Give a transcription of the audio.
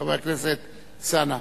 חבר הכנסת אלסאנע.